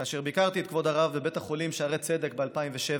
כאשר ביקרתי את כבוד הרב בבית החולים שערי צדק ב-2007